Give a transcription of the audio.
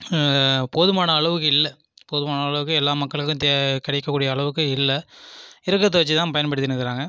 போதுமான அளவுக்கு இல்லை போதுமான அளவுக்கு எல்லா மக்களுக்கும் கிடைக்க கூடிய அளவுக்கு இல்லை இருக்கறத வெச்சிதான் பயன்படுத்தின்னு இருக்கிறாங்க